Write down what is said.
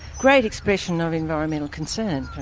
great expression of environmental concern